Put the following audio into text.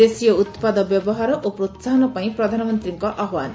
ଦେଶୀୟ ଉପାଦ ବ୍ୟବହାର ଓ ପ୍ରୋସାହନ ପାଇଁ ପ୍ରଧାନମନ୍ତୀଙ୍କ ଆହ୍ବାନ